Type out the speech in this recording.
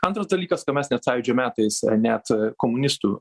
antras dalykas ką mes net sąjūdžio metais net komunistų